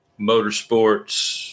motorsports